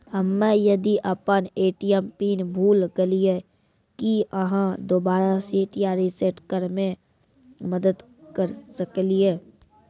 हम्मे यदि अपन ए.टी.एम पिन भूल गलियै, की आहाँ दोबारा सेट या रिसेट करैमे मदद करऽ सकलियै?